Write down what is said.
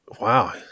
Wow